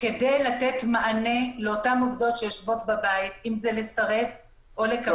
כדי לתת מענה לאותן עובדות שיושבות בבית אם זה לסרב או לקבל את הבקשה.